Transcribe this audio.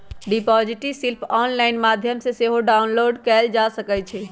deposit slip केंऑनलाइन माध्यम से सेहो डाउनलोड कएल जा सकइ छइ